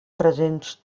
presents